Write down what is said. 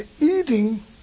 eating